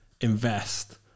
invest